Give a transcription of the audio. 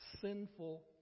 sinful